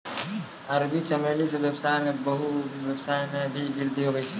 अरबी चमेली से वेवसाय मे भी वृद्धि हुवै छै